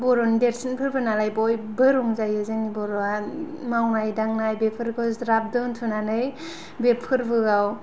बर'नि देरसिन फोरबो नालाय बयबो रंजायो जोंनि बर'आ मावनाय दांनाय बेफोरखौ ज्राब दोनथ'नानै बे फोरबोआव